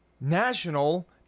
National